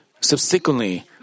Subsequently